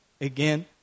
again